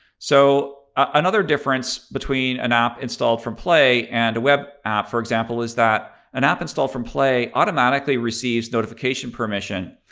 so another difference between an app installed from play and a web app, for example, is that an app installed from play automatically receives notification permission.